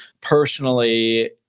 personally